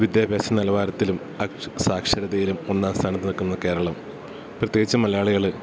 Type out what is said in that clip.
വിദ്യഭ്യാസ നിലവാരത്തിലും സാക്ഷരതയിലും ഒന്നാം സ്ഥാനത്ത് നിൽക്കുന്ന കേരളം പ്രത്യേകിച്ച് മലയാളികള്